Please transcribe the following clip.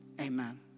Amen